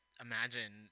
imagine